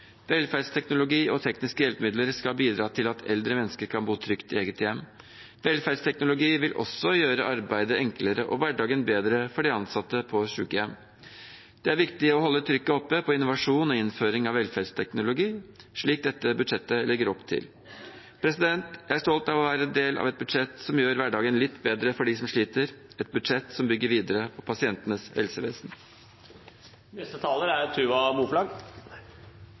Velferdsteknologi og tekniske hjelpemidler skal bidra til at eldre mennesker kan bo trygt i eget hjem. Velferdsteknologi vil også gjøre arbeidet enklere og hverdagen bedre for de ansatte på sykehjem. Det er viktig å holde trykket oppe på innovasjon og innføring av velferdsteknologi, slik dette budsjettet legger opp til. Jeg er stolt av å være en del av et budsjett som gjør hverdagen litt bedre for dem som sliter, et budsjett som bygger videre på pasientenes helsevesen.